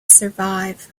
survive